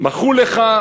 מחול לך,